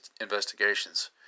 investigations